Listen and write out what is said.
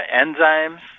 enzymes